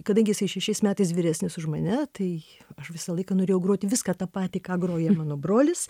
kadangi jisai šešiais metais vyresnis už mane tai aš visą laiką norėjau groti viską tą patį ką groja mano brolis